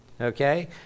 okay